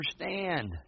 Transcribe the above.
understand